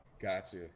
Gotcha